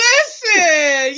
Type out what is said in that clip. Listen